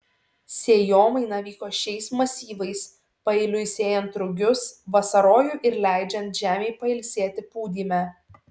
sėjomaina vyko šiais masyvais paeiliui sėjant rugius vasarojų ir leidžiant žemei pailsėti pūdyme